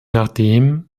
nachdem